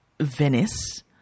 Venice